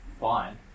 fine